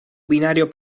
binario